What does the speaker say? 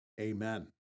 Amen